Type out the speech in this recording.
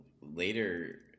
later